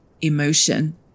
emotion